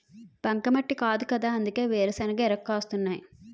బంకమట్టి కాదుకదా అందుకే వేరుశెనగ ఇరగ కాస్తున్నాయ్